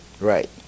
Right